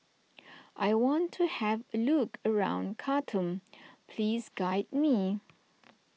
I want to have a look around Khartoum please guide me